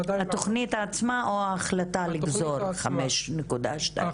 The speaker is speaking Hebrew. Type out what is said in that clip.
התוכנית עצמה או ההחלטה לגזור 5.2. התוכנית עצמה.